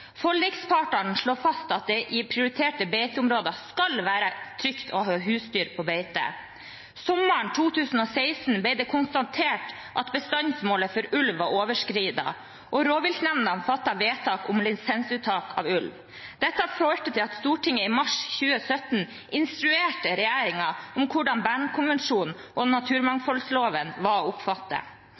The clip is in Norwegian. Forlikspartene slår fast at det i prioriterte beiteområder skal være trygt å ha husdyr på beite. Sommeren 2016 ble det konstatert at bestandsmålet for ulv var overskredet, og rovviltnemndene fattet vedtak om lisensuttak av ulv. Dette førte til at Stortinget i mars 2017 instruerte regjeringen om hvordan Bernkonvensjonen og naturmangfoldloven var å oppfatte.